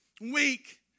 Weak